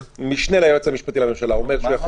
המשנה ליועץ המשפטי לממשלה אומר שהוא יכול